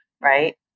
right